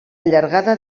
llargada